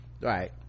Right